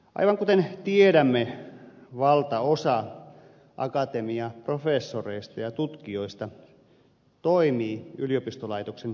aivan kuten tiedämme valtaosa akatemian professoreista ja tutkijoista toimii yliopistolaitoksen piirissä